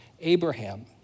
Abraham